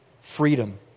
freedom